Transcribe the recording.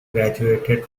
graduated